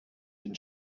den